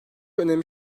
önemli